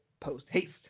post-haste